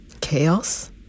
Chaos